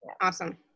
Awesome